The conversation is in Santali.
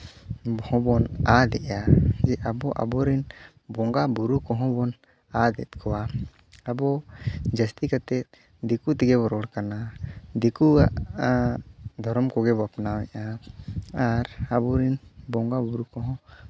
ᱦᱚᱸᱵᱚᱱ ᱟᱫ ᱮᱫᱟ ᱡᱮ ᱟᱵᱚ ᱟᱵᱚᱨᱮᱱ ᱵᱚᱸᱜᱟᱼᱵᱳᱨᱳ ᱠᱚᱦᱚᱸ ᱵᱚᱱ ᱟᱫ ᱮᱜ ᱠᱚᱣᱟ ᱟᱵᱚ ᱡᱟᱹᱥᱛᱤ ᱠᱟᱛᱮ ᱫᱤᱠᱩ ᱛᱮᱜᱮᱵᱚᱱ ᱨᱚᱲ ᱠᱟᱱᱟ ᱫᱤᱠᱩᱣᱟᱜ ᱫᱷᱚᱨᱚᱢ ᱠᱚᱜᱮ ᱵᱚᱱ ᱟᱯᱱᱟᱣ ᱮᱜᱼᱟ ᱟᱨ ᱟᱵᱚ ᱨᱮᱱ ᱵᱚᱸᱜᱟᱼᱵᱳᱨᱳ ᱠᱚᱦᱚᱸ